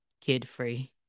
kid-free